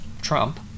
Trump